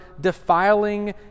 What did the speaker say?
defiling